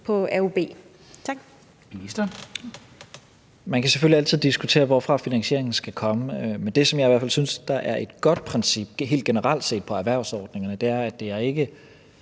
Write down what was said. Man kan selvfølgelig altid diskutere, hvorfra finansieringen skal komme. Det, jeg i hvert fald synes er et godt princip helt generelt set på erhvervsordningerne, er, at det ikke